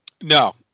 No